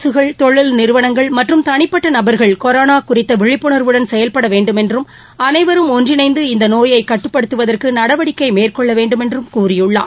அரசுகள் தொழில் நிறுவனங்கள் மற்றும் தனிப்பட்ட நபர்கள் கொரோனா குறித்த விழிப்புணர்வுடன் செயல்பட வேண்டமென்றும் அனைவரும் ஒன்றிணைந்து இந்த நோயை கட்டுப்படுத்துவதற்கு நடவடிக்கை மேற்கொள்ள வேண்டுமென்றும் கூறியுள்ளார்